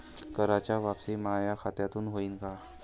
कराच वापसी माया खात्यामंधून होईन का?